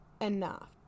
enough